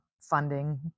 funding